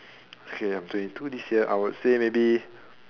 okay I am twenty two this year I would say maybe